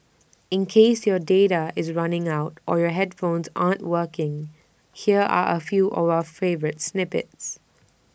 in case your data is running out or your earphones aren't working here are A few of our favourite snippets